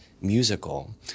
musical